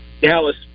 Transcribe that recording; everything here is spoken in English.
Dallas